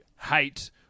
hate